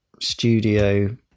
studio